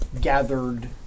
gathered